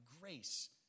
grace